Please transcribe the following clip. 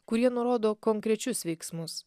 kurie nurodo konkrečius veiksmus